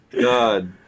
God